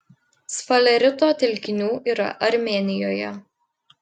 sfalerito telkinių yra armėnijoje